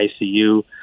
ICU